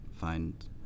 find